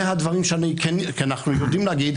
זה הדברים שאני כן --- כי אנחנו יודעים להגיד,